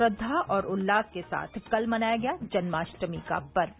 श्रद्वा और उल्लास के साथ कल मनाया गया जन्माष्टमी का पर्व